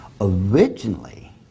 Originally